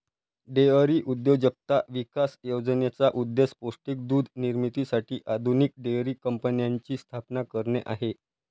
dairy उद्योजकता विकास योजनेचा उद्देश पौष्टिक दूध निर्मितीसाठी आधुनिक डेअरी कंपन्यांची स्थापना करणे आहे